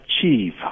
achieve